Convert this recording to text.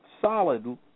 solid